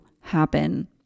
happen